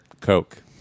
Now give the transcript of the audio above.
Coke